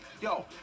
Yo